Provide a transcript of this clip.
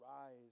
rise